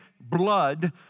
blood